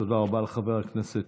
תודה רבה לחבר הכנסת